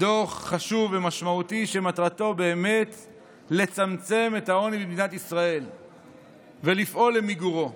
דוח חשוב ומשמעותי שמטרתו לצמצם את העוני במדינת ישראל ולפעול למיגורו.